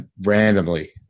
randomly